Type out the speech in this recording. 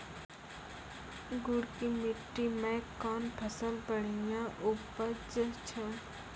गुड़ की मिट्टी मैं कौन फसल बढ़िया उपज छ?